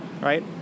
right